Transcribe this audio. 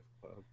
club